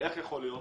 איך יכול להיות